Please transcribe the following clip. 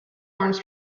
arms